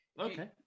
Okay